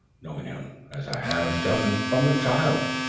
knowing him, as i have done, from a child,